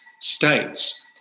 states